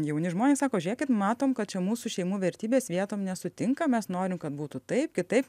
jauni žmonės sako žiūrėkit matom kad čia mūsų šeimų vertybės vietom nesutinka mes norim kad būtų taip kitaip